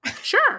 Sure